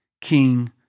King